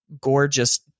gorgeous